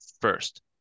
first